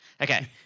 Okay